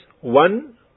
one